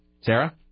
Sarah